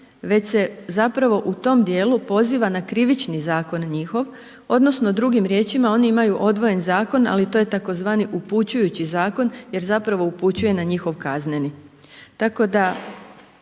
već se zapravo u tom dijelu poziva na krivični zakon njihov, odnosno drugim riječima oni imaju odvojen zakon, ali to je tzv. upućujući zakon jer zapravo upućuje na njihov kazneni.